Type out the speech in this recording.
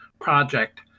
project